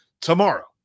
tomorrow